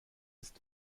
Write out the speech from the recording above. ist